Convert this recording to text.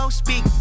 speak